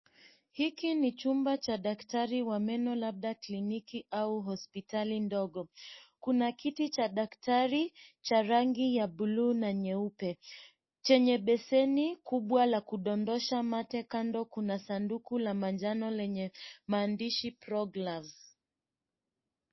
Hiki ni chumba cha daktari wa meno labda kliniki au hospitali ndogo. Kuna kiti cha daktari, cha rangi ya blueuna nyeupe. Chenye beseni, kubwa la kudondosha mate. Kando kuna sanduku la manjano lenye maandishi ProGlass .